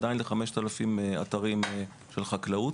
עדיין ל-5,000 אתרי חקלאות.